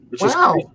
Wow